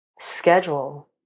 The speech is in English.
schedule